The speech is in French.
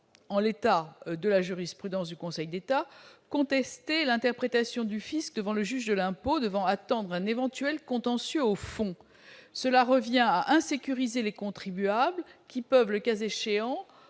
en l'état de la jurisprudence du Conseil d'État, contester l'interprétation du fisc devant le juge de l'impôt, car il doit attendre un éventuel contentieux sur le fond. Cela revient à insécuriser les contribuables qui peuvent, le cas échéant,